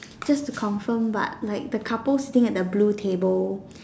just to confirm but like the couple sitting at the blue table